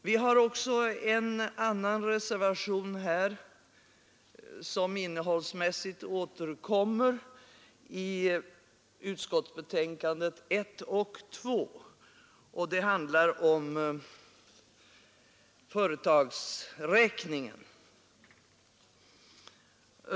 Vi har också en annan reservation som innehållsmässigt återkommer i utskottsbetänkandena 1 och 2. Den handlar om företagsräkningen.